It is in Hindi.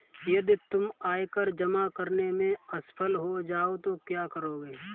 यदि तुम आयकर जमा करने में असफल हो जाओ तो क्या करोगे?